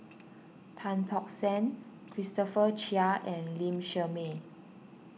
Tan Tock San Christopher Chia and Lee Shermay